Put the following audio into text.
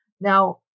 Now